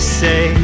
say